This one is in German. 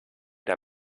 der